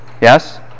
Yes